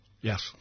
yes